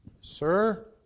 Sir